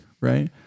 right